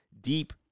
deep